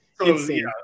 Insane